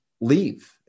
leave